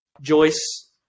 Joyce